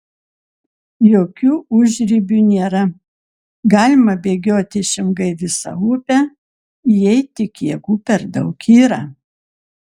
jokių užribių nėra galima bėgioti išilgai visą upę jei tik jėgų per daug yra